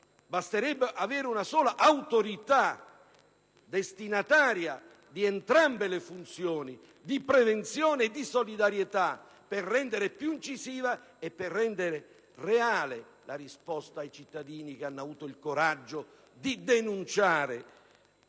basterebbe una sola autorità destinataria di entrambe le funzioni, di prevenzione e di solidarietà, per rendere più incisiva e reale la risposta ai cittadini che hanno avuto il coraggio di denunciare